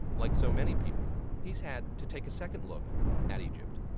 like so many people, he's had to take a second look at egypt.